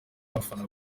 y’abafana